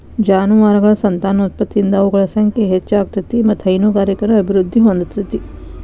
ಜಾನುವಾರಗಳ ಸಂತಾನೋತ್ಪತ್ತಿಯಿಂದ ಅವುಗಳ ಸಂಖ್ಯೆ ಹೆಚ್ಚ ಆಗ್ತೇತಿ ಮತ್ತ್ ಹೈನುಗಾರಿಕೆನು ಅಭಿವೃದ್ಧಿ ಹೊಂದತೇತಿ